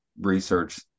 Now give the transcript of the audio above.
research